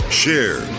share